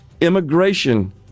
immigration